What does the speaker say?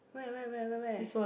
where where where where where